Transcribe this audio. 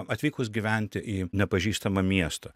atvykus gyventi į nepažįstamą miestą